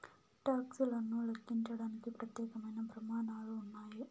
talks లను లెక్కించడానికి ప్రత్యేకమైన ప్రమాణాలు ఉన్నాయి